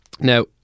Now